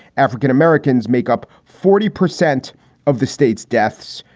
african-americans make up forty percent of the state's deaths,